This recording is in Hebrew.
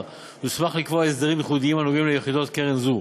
יוסמך לקבוע הסדרים ייחודיים הנוגעים ליחידות קרן זו.